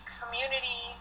community